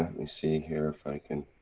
and me see here, if i can.